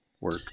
work